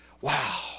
Wow